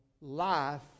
Life